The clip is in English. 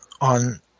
on